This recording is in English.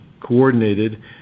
coordinated